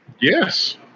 Yes